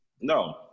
No